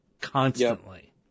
constantly